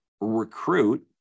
recruit